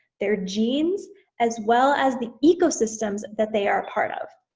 their genes as well as the ecosystems that they are part of.